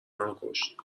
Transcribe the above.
منوکشت